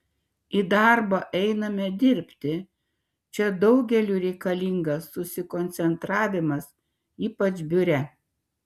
į darbą einame dirbti čia daugeliui reikalingas susikoncentravimas ypač biure